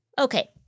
Okay